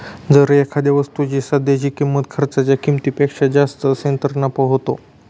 जर एखाद्या वस्तूची सध्याची किंमत खर्चाच्या किमतीपेक्षा जास्त असेल तर नफा होतो